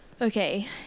Okay